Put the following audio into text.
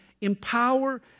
empower